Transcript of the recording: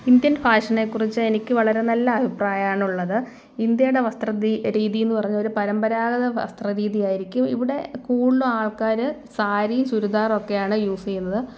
Indian ഫാഷനെ കുറിച്ച് എനിക്ക് വളരെ നല്ല അഭിപ്രായമാണ് ഉള്ളത് ഇന്ത്യയുടെ വസ്ത്ര തീ രീതി എന്നു പറഞ്ഞാൽ ഒരു പരമ്പരാഗ വസ്ത്ര രീതിയായിരിക്കും ഇവിടെ കൂടുലും ആൾക്കാര് സാരി ചുരിദാറൊക്കെയാണ് യൂസെയ്യുന്നത്